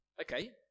Okay